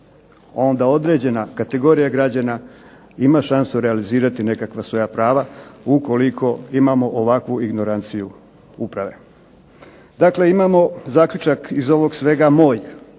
onda određena kategorija građana ima šanse realizirati nekakva svoja prava ukoliko imamo ovakvu ignoranciju uprave. Dakle, imamo zaključak iz ovog svega moj